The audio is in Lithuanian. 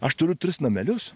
aš turiu tris namelius